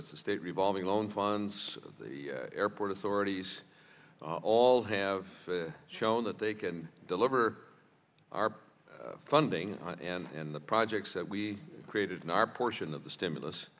it's the state revolving own funds of the airport authorities all have shown that they can deliver our funding and the projects that we created in our portion of the stimulus